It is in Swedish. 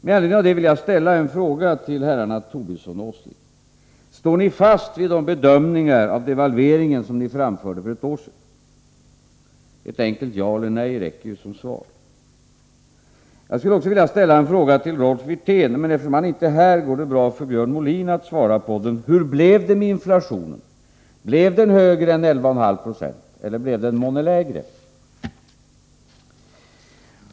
Med anledning av detta vill jag ställa en fråga till herrarna Tobisson och Åsling. Står ni fast vid de bedömningar av devalveringen som ni framförde för ett år sedan? Ett enkelt ja eller nej räcker som svar. Jag skulle också vilja ställa en fråga till Rolf Wirtén, men eftersom han inte är här går det bra för Björn Molin att svara på den. Hur blev det med inflationen? Blev den högre än 11,5 90 — eller blev den månne lägre?